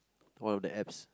all the apps